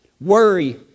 Worry